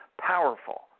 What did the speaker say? powerful